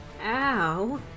Ow